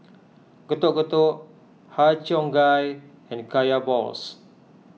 Getuk Getuk Har Cheong Gai and Kaya Balls